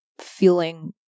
feeling